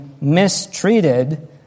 mistreated